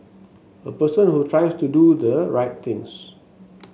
a person who tries to do the right things